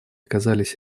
казались